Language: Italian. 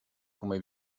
come